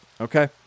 okay